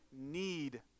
need